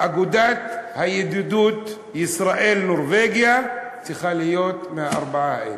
אגודת הידידות ישראל נורבגיה צריכה להיות מהארבעה האלו.